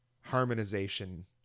harmonization